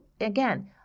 again